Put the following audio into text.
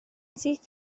syth